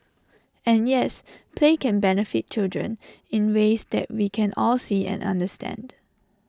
and yes play can benefit children in ways that we can all see and understand